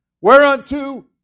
Whereunto